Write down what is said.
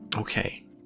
Okay